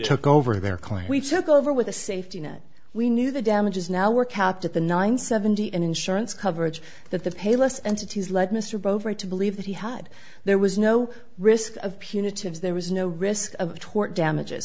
took over their class we took over with a safety net we knew the damages now were capped at the nine seventy and insurance coverage that the payless entities led mr bovary to believe that he had there was no risk of punitive there was no risk of tort damage